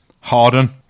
harden